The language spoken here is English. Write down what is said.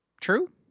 True